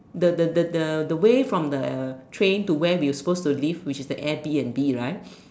the the the the the way from the train to where we were supposed to live which is the Airbnb right